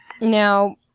now